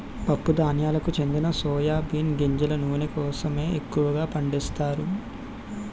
పప్పు ధాన్యాలకు చెందిన సోయా బీన్ గింజల నూనె కోసమే ఎక్కువగా పండిస్తారు